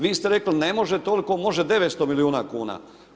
Vi ste rekli ne može toliko, može 900 milijuna kuna.